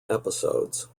episodes